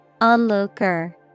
Onlooker